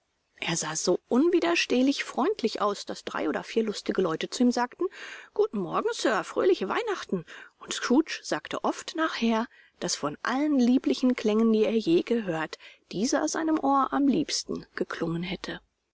er sah so unwiderstehlich freundlich aus daß drei oder vier lustige leute zu ihm sagten guten morgen sir fröhliche weihnachten und scrooge sagte oft nachher daß von allen lieblichen klängen die er je gehört dieser seinem ohr am lieblichsten geklungen hätte